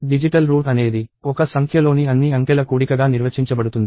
digital root అనేది ఒక సంఖ్యలోని అన్ని అంకెల కూడిక గా నిర్వచించబడుతుంది